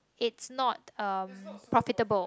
it not um profitable